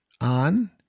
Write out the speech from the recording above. on